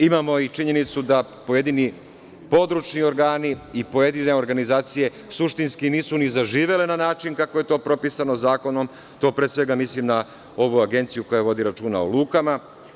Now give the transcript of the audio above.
Imamo i činjenicu da pojedini područni organi i pojedine organizacije suštinske nisu ni zaživele na način kako je to propisano zakonom, a to pre svega mislim na ovu agenciju koja vodi računa o lukama.